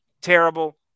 Terrible